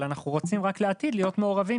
אבל אנחנו רוצים רק לעתיד להיות מעורבים,